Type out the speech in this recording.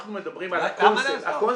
אנחנו מדברים על הקונספט.